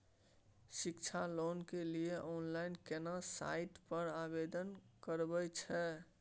शिक्षा लोन के लिए ऑनलाइन केना साइट पर आवेदन करबैक छै?